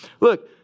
Look